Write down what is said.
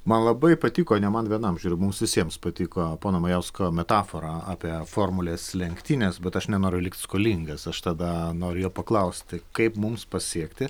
man labai patiko ne man vienam žiūriu mums visiems patiko pono majausko metafora apie formulės lenktynes bet aš nenoriu likti skolingas aš tada noriu jo paklausti kaip mums pasiekti